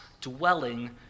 dwelling